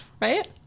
Right